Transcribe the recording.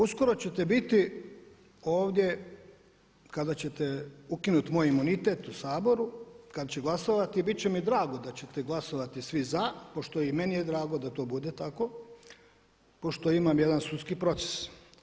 Uskoro ćete biti ovdje kada ćete ukinuti moj imunitet u Saboru, kada će glasovati i bit će mi drago da ćete svi glasovati za, pošto je i meni drago da to bude tako, pošto imam jedan sudski proces.